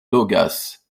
logas